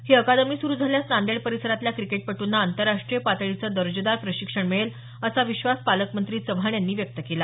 ही अकादमी सुरू झाल्यास नांदेड परिसरातल्या क्रिकेटपटूंना आंतरराष्ट्रीय पातळीचे दर्जेदार प्रशिक्षण मिळेल असा विश्वास पालकमंत्री चव्हाण यांनी व्यक्त केला